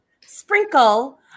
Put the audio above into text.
sprinkle